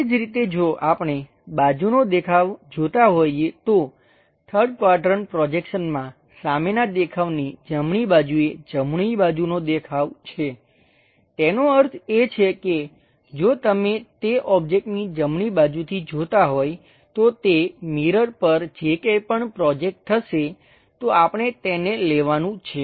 એ જ રીતે જો આપણે બાજુનો દેખાવ જોતા હોઈએ તો 3rd ક્વાડ્રંટ પ્રોજેક્શનમાં સામેનાં દેખાવની જમણી બાજુએ જમણી બાજુનો દેખાવ છે તેનો અર્થ એ છે કે જો તમે તે ઓબ્જેક્ટની જમણી બાજુથી જોતાં હોય તો તે મિરર પર જે કંઈપણ પ્રોજેકટ થશે તો આપણે તેને લેવાનું છે